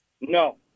No